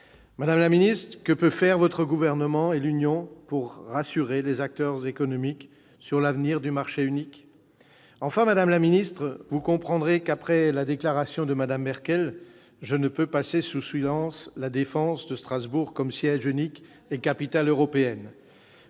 Madame la ministre, que peuvent faire votre gouvernement et l'Union pour rassurer les acteurs économiques sur l'avenir du marché unique ? Enfin, vous comprendrez qu'après la déclaration de Mme Merkel, je ne peux pas passer sous silence la question de Strasbourg comme siège unique et capitale européenne